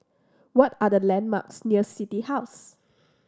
what are the landmarks near City House